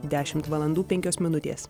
dešimt valandų penkios minutės